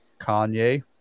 Kanye